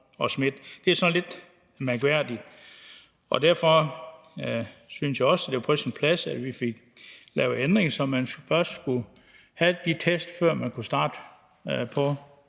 Det er sådan lidt mærkværdigt. Derfor synes jeg også, det var på sin plads, at vi fik lavet en ændring, så man først skulle have de test, før man kunne starte på